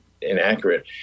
inaccurate